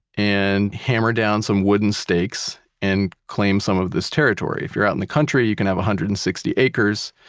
and hammer down some wooden stakes and claim some of this territory. if you're out in the country, you can have one hundred and sixty acres.